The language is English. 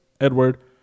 Edward